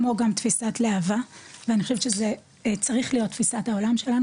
כמו גם תפיסת "להבה" ואני חושבת שזה צריך להיות תפיסת העולם שלנו.